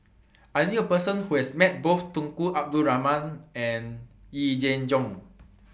I knew A Person Who has Met Both Tunku Abdul Rahman and Yee Jenn Jong